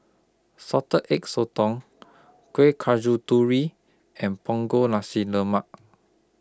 Salted Egg Sotong Kueh and Punggol Nasi Lemak